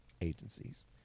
agencies